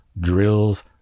drills